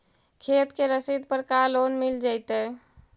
खेत के रसिद पर का लोन मिल जइतै?